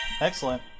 Excellent